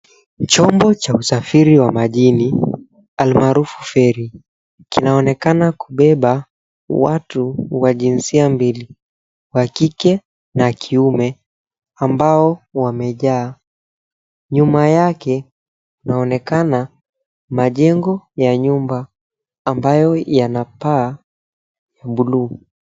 Chombo cha usafiri wa majini almaarufu feri kinaonekana kubeba watu wa jinsia mbili, wakike na kiume ambao wamejaa, nyuma yake kunaonekana majengo ya nyumba ambayo yana paa bluu.